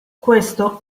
questo